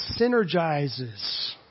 synergizes